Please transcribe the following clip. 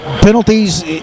penalties